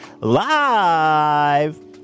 live